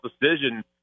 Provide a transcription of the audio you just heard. decision